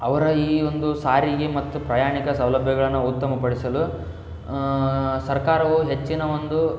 ಅವರ ಈ ಒಂದು ಸಾರಿಗೆ ಮತ್ತು ಪ್ರಯಾಣಿಕ ಸೌಲಭ್ಯಗಳನ್ನ ಉತ್ತಮಪಡಿಸಲು ಸರ್ಕಾರವು ಹೆಚ್ಚಿನ ಒಂದು